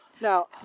Now